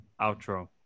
outro